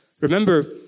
Remember